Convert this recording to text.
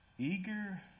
eager